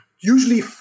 usually